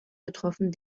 getroffen